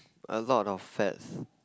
a lot of fats